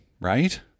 right